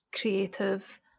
creative